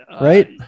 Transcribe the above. Right